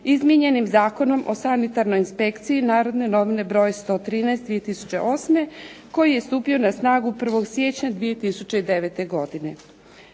izmijenjenim Zakonom o sanitarnoj inspekciji Narodne novine broj 113/2008. koji je stupio na snagu 1. siječnja 2009. godine.